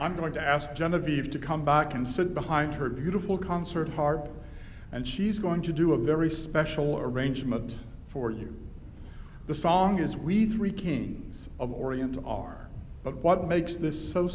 i'm going to ask genevieve to come back and sit behind her beautiful concert harp and she's going to do a very special arrangement for you the song is we three kings of orient are what makes this so